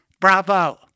Bravo